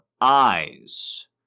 eyes